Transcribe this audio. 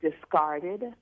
discarded